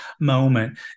moment